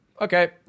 Okay